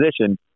position